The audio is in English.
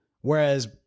Whereas